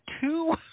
two